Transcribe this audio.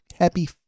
happy